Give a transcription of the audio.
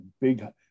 big